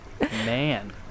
Man